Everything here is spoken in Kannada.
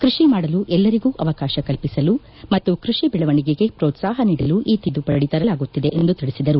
ಕೃಷಿ ಮಾಡಲು ಎಲ್ಲರಿಗೂ ಅವಕಾಶ ಕಲ್ಪಿಸಲು ಮತ್ತು ಕೃಷಿ ಬೆಳವಣಿಗೆಗೆ ಪ್ರೋತ್ಸಾಹ ನೀಡಲು ಈ ತಿದ್ದುಪಡಿ ತರಲಾಗುತ್ತಿದೆ ಎಂದು ತಿಳಿಸಿದರು